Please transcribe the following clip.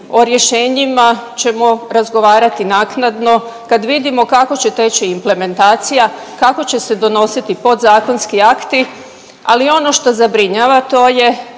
o rješenjima ćemo razgovarati naknadno kad vidimo kako će teći implementacija, kako će se donositi podzakonski akti. Ali ono što zabrinjava to je